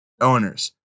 owners